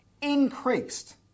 increased